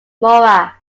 mora